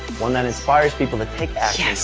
one that inspires people to take action. yes.